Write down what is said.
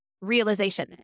realization